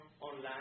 online